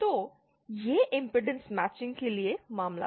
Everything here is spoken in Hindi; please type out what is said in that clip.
तो यह इमपेडेंस मैचिंग के लिए मामला था